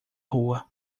rua